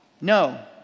No